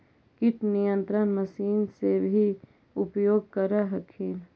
किट नियन्त्रण मशिन से भी उपयोग कर हखिन?